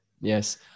Yes